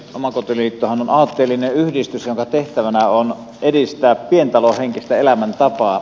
omakotiliittohan on aatteellinen yhdistys jonka tehtävänä on edistää pientalohenkistä elämäntapaa